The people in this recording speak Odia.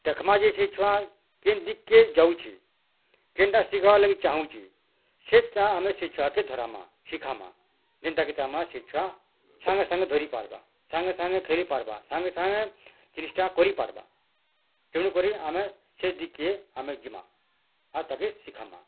ଦେଖମା ସେ ଛୁଆ କେନ୍ ଦିଗ୍ କେ ଯାଉଛି କେନ୍ତା ଶିଖିବାର୍ ଲାଗି ଚାଁହୁଛି ସେଟା ଆମେ ସେ ଛୁଆ କେ ଧରାମା ଶିଖାମା ଯେନ୍ତା କି ତାର୍ ମା ସେ ଛୁଆ ସାଙ୍ଗେ ସାଙ୍ଗେ ଧରି ପାରବା ସାଙ୍ଗେ ସାଙ୍ଗେ ଖେଲି ପାରବା ସାଙ୍ଗେ ସାଙ୍ଗେ ଜିନିଷ୍ ଟା କରି ପାରବା ତେଣୁ କରି ଆମେ ସେ ଦିଗ୍ କେ ଆମେ ଯିମା ଆଉ ତାକେ ଶିଖାମା